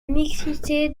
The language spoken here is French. mixité